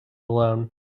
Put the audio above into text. alone